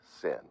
sin